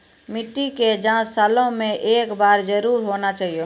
मिट्टी के जाँच सालों मे एक बार जरूर होना चाहियो?